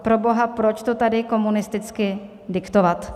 Proboha, proč to tady komunisticky diktovat?